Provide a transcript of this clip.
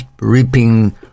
reaping